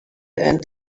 end